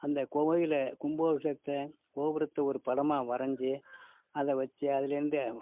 அந்த கோயில் கும்பாபிஷேகத்தை கோபுரத்தை ஒரு படமாக வரைஞ்சி அதை வச்சு அதுலேருந்து